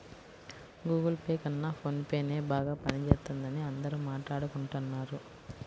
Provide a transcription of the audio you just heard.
Google Pay కన్నా ఫోన్ పేనే బాగా పనిజేత్తందని అందరూ మాట్టాడుకుంటన్నారు